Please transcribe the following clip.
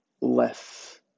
less